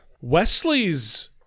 Wesley's